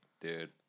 dude